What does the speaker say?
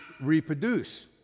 reproduce